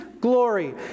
glory